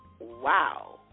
wow